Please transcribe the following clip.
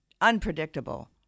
unpredictable